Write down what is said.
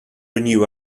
renew